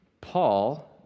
Paul